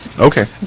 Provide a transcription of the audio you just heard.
Okay